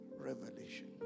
revelation